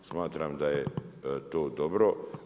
Smatram da je to dobro.